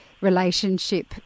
relationship